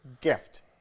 gift